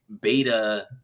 beta